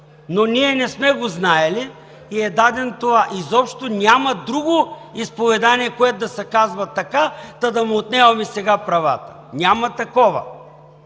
Но ние не сме го знаели и е дадено това. Изобщо няма друго изповедание, което да се казва така, та да му отнемаме сега правата. Няма такова,